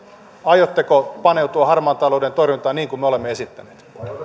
aiotteko paneutua harmaan talouden torjuntaan niin kuin me olemme esittäneet